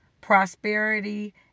prosperity